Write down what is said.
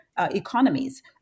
economies